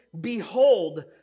Behold